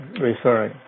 referring